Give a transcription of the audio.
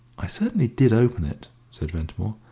i certainly did open it, said ventimore,